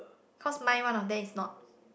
cause mine one of them is not